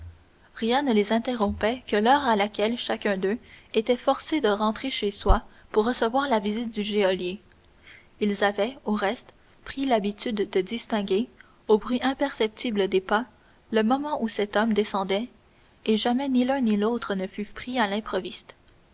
rien ne les interrompait que l'heure à laquelle chacun d'eux était forcé de rentrer chez soi pour recevoir la visite du geôlier ils avaient au reste pris l'habitude de distinguer au bruit imperceptible des pas le moment où cet homme descendait et jamais ni l'un ni l'autre ne fut pris à l'improviste